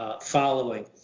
following